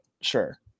Sure